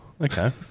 Okay